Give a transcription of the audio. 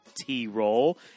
T-Roll